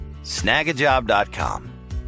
Snagajob.com